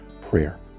prayer